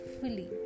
fully